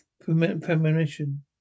Premonition